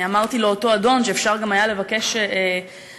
אמרתי לאותו אדון שאפשר גם היה לבקש בנימוס,